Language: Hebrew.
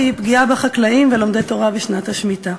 היא: פגיעה בחקלאים ולומדי תורה בשנת השמיטה.